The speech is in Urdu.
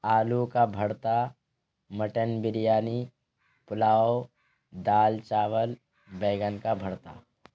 آلو کا بھرتا مٹن بریانی پلاؤ دال چاول بیگن کا بھرتا